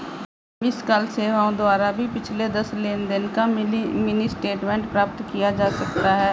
miss call सेवाओं द्वारा भी पिछले दस लेनदेन का मिनी स्टेटमेंट प्राप्त किया जा सकता है